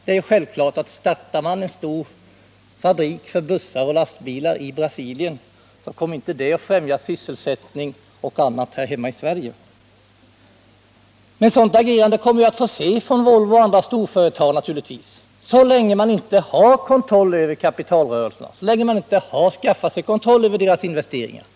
Det är självklart att stöttar man en stor fabrik för bussar och lastbilar i Brasilien så kommer det inte att främja sysselsättning och annat här hemma i Sverige. Men sådant agerande kommer vi naturligtvis att få se från Volvo och andra storföretag så länge vi inte har skaffat oss kontroll över deras kapitalrörelser och över deras investeringar.